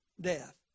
death